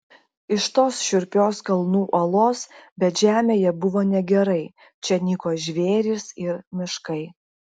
iš tos šiurpios kalnų uolos bet žemėje buvo negerai čia nyko žvėrys ir miškai